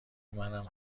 منم